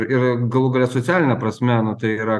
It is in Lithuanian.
ir galų gale socialine prasme nu tai yra